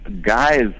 guys